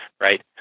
right